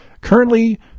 Currently